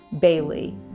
Bailey